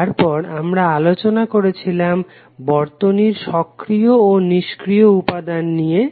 তারপর আমরা আলোচনা করেছিলাম বর্তনীর সক্রিয় ও নিস্ক্রিয় উপাদান নিয়ে